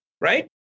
Right